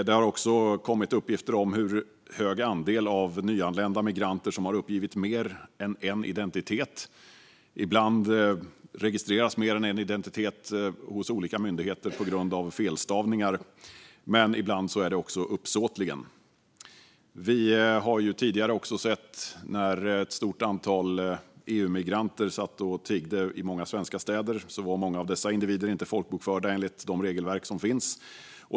Det har också kommit uppgifter om hur stor andel av nyanlända migranter som har uppgivit mer än en identitet. Ibland registreras mer än en identitet hos olika myndigheter på grund av felstavningar, men ibland sker det uppsåtligen. Vi har tidigare sett att ett stort antal EU-migranter satt och tiggde i många svenska städer. Många av dessa individer var inte folkbokförda enligt de regelverk som finns.